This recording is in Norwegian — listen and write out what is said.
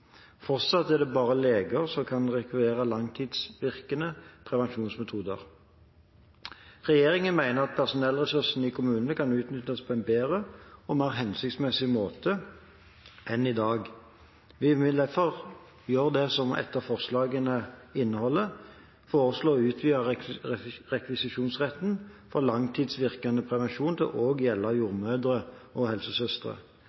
Fortsatt er det bare leger som kan rekvirere langtidsvirkende prevensjonsmetoder. Regjeringen mener at personellressursene i kommunene kan utnyttes på en bedre og mer hensiktsmessig måte enn i dag. Vi vil derfor gjøre det som et av forslagene inneholder, nemlig foreslå å utvide rekvisisjonsretten for langtidsvirkende prevensjon til også å gjelde jordmødre og